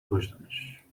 کشتمش